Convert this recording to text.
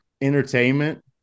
entertainment